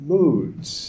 moods